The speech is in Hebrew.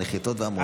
הנחיתות וההמראות.